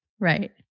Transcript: Right